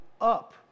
up